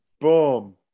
boom